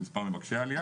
במספר מבקשי העלייה.